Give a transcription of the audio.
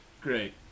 Great